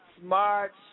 smart